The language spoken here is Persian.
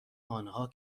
آنها